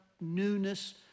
newness